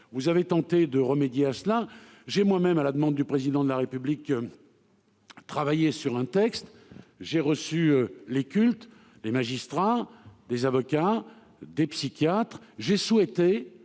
Vous avez tenté de remédier à cela ; j'ai moi-même, à la demande du Président de la République, travaillé à un texte. J'ai reçu les cultes, les magistrats, des avocats, des psychiatres, et j'ai souhaité